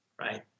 right